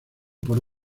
por